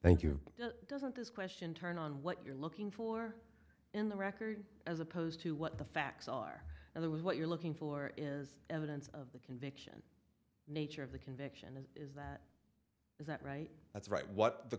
k you doesn't this question turn on what you're looking for in the record as opposed to what the facts are and that was what you're looking for is evidence of the conviction nature of the conviction is that is that right that's right what the